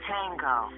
Tango